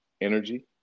energy